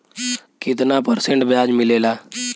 कितना परसेंट ब्याज मिलेला?